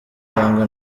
cyangwa